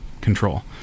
control